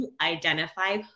Identify